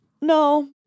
No